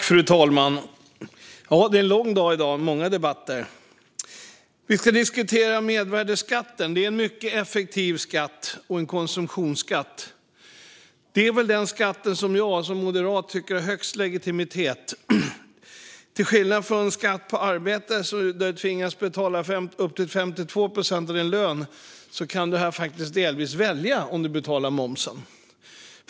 Fru talman! Det är en lång dag i dag med många debatter. Vi ska nu diskutera mervärdesskatten. Det är en mycket effektiv skatt, en konsumtionsskatt. Det är väl den skatt som jag som moderat tycker har högst legitimitet. Till skillnad från skatt på arbete, där du tvingas betala upp till 52 procent av din lön, kan du faktiskt delvis välja om du ska betala momsen.